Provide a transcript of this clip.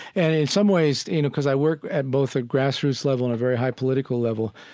and in some ways, you know, because i work at both a grassroots level and a very high political level,